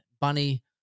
bunny